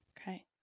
Okay